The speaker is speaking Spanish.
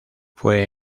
fue